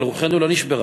אבל רוחנו לא נשברה.